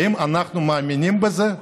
האם אנחנו מאמינים בזה?